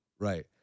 Right